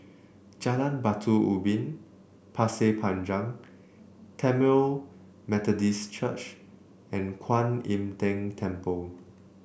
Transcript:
Jalan Batu Ubin Pasir Panjang Tamil Methodist Church and Kuan Im Tng Temple